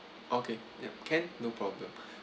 okay can no problem